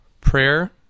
prayer